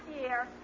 year